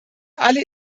alle